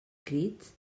crits